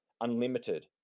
unlimited